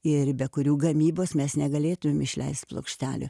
ir be kurių gamybos mes negalėtumėm išleist plokštelių